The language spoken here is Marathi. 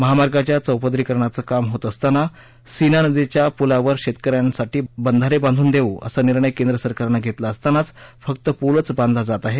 महामार्गाच्या चौपदरीकरणाचे काम होत असताना सीना नदीच्या पुलावर शेतकऱ्यांसाठी बंधारे बांधून देऊ असा निर्णय केंद्र सरकारनं घेतला असताना फक्त पूलच बांधला जात आहे